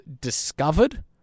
discovered